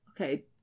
Okay